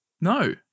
no